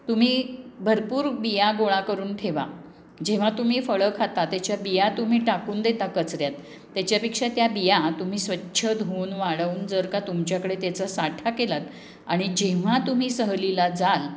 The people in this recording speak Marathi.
तुम्ही भरपूर बिया गोळा करून ठेवा जेव्हा तुम्ही फळं खाता त्याच्या बिया तुम्ही टाकून देता कचऱ्यात त्याच्यापेक्षा त्या बिया तुम्ही स्वच्छ धुऊन वाळवून जर का तुमच्याकडे त्याचा साठा केलात आणि जेव्हा तुम्ही सहलीला जाल